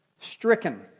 stricken